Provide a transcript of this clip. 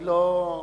אני לא,